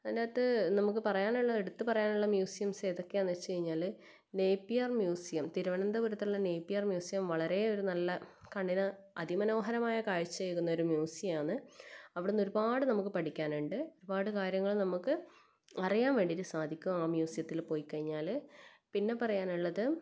അതിനകത്ത് നമുക്ക് പറയാനുള്ളത് എടുത്ത് പറയാനുള്ള മ്യൂസിയംസ് ഏതൊക്കെയാണെന്ന് വെച്ച് കഴിഞ്ഞാൽ നേപ്പിയർ മ്യൂസിയം തിരുവനന്തപുരത്തുള്ള നേപ്പിയർ മ്യൂസിയം വളരെ ഒരു നല്ല കണ്ണിന് അതിമനോഹരമായ കാഴ്ചയേകുന്നൊരു മ്യൂസിയം ആണ് അവിടെ നിന്നൊരുപാട് നമുക്ക് പഠിക്കാനുണ്ട് ഒരുപാട് കാര്യങ്ങൾ അറിയാൻ വേണ്ടിയിട്ട് സാധിക്കും ആ മ്യൂസിയത്തിൽ പൊയി കഴിഞ്ഞാൽ പിന്നെ പറയാനുള്ളത്